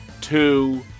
two